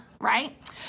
right